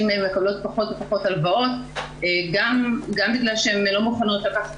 מקבלות פחות ופחות הלוואות גם בגלל שהן לא מוכנות לקחת